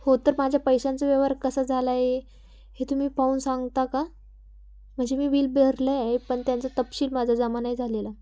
हो तर माझ्या पैशांचा व्यवहार कसा झाला आहे हे तुम्ही पाहून सांगता का म्हणजे मी विल भरलं आहे पण त्यांचं तपशील माझा जमा नाही झालेला